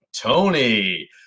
Tony